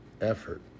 effort